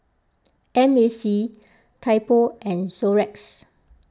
M A C Typo and Xorex